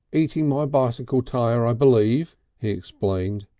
eating my bicycle tire, i believe, he explained.